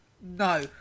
no